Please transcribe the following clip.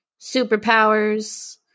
superpowers